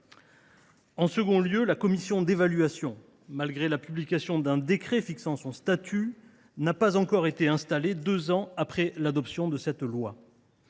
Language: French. En second lieu, la commission d’évaluation, malgré la publication d’un décret fixant son statut, n’a pas encore été installée, deux ans après l’adoption de cette loi.